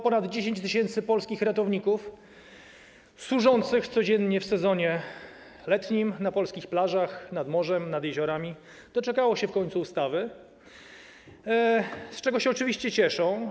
Ponad 10 tys. polskich ratowników służących codziennie w sezonie letnim na polskich plażach, nad morzem, nad jeziorami doczekało się w końcu ustawy, z czego się oczywiście cieszą.